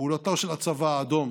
פעולתו של הצבא האדום